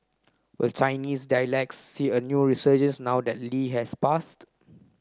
will Chinese dialects see a new resurgence now that Lee has passed